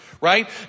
right